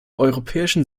europäischen